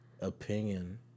opinion